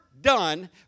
done